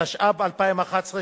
התשע"ב 2011,